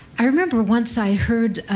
i remember once i heard